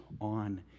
on